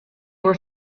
were